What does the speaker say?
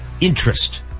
interest